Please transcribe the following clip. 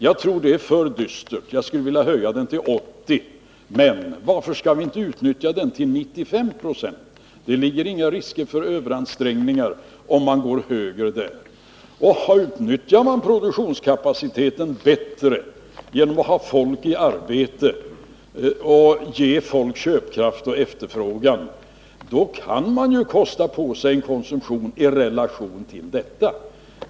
Jag tror det är för dystert. Jag skulle vilja höja siffran till 80, men varför skall vi inte utnyttja den till 95 26? Det finns ingen risk för överansträngning vid detta tal. Utnyttjar man produktionskapaciteten bättre genom att ha folk i arbete och ge folk köpkraft och möjlighet till efterfrågan, då kan man kosta på sig en konsumtion i relation till detta.